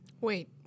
Wait